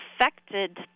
affected